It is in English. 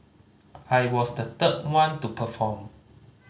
I was the third one to perform